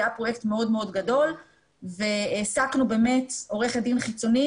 זה היה פרויקט מאוד גדול והעסקנו באמת עורכת דין חיצונית,